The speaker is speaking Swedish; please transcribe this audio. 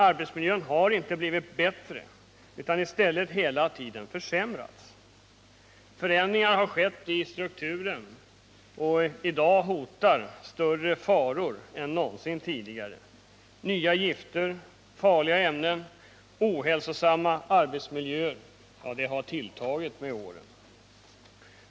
Arbetsmiljön har inte blivit bättre utan i stället hela tiden försämrats. Förändringar har skett i strukturen, och i dag hotar större faror än någonsin tidigare. Nya gifter, farliga ämnen och ohälsosamma arbetsmiljöer har tilltagit med åren.